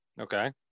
Okay